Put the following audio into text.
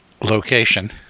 location